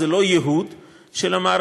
זה לא ייהוד של המערכת,